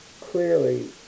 clearly